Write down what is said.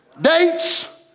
Dates